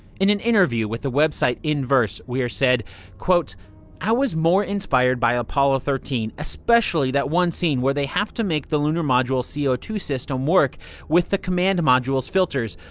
in an interview with the website inverse, weir said i was more inspired by apollo thirteen, especially that one scene where they have to make the lunar module c o two system work with the command module's filters.